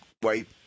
white